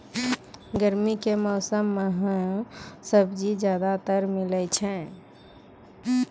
गर्मी के मौसम मं है सब्जी ज्यादातर मिलै छै